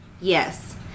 Yes